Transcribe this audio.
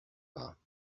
pas